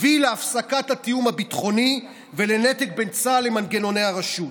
הביא להפסקת התיאום הביטחוני ולנתק בין צה"ל למנגנוני הרשות.